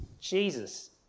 Jesus